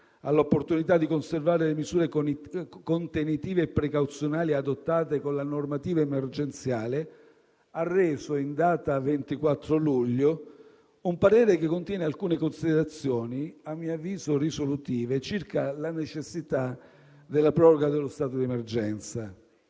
all'opportunità di conservare le misure contenitive precauzionali adottate con la normativa emergenziale, ha reso, in data 24 luglio, un parere che contiene alcune considerazioni a mio avviso risolutive circa la necessità della proroga dello stato di emergenza.